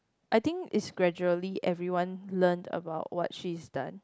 I think is gradually everyone learn about what she is done